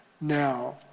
now